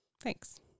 Thanks